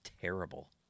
terrible